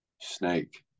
Snake